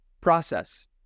process